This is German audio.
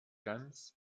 ganz